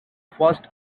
first